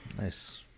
Nice